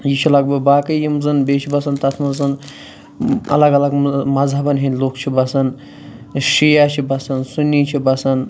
یہِ چھُ لَگ بھگ باقٕے یِم زَن بیٚیہِ چھِ بَسان تَتھ منٛز اَلَگ اَلَگ مَذہَبَن ہِنٛدۍ لوٗکھ چھِ بَسان ٲں شیعہ چھِ بَسان سُنی چھِ بَسان